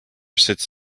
sits